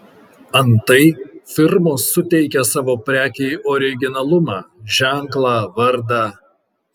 antai firmos suteikia savo prekei originalumą ženklą vardą